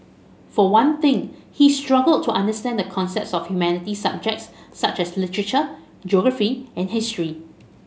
for one thing he struggled to understand the concepts of humanities subjects such as literature geography and history